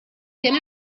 been